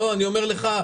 לא, אני אומר לך.